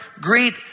Greet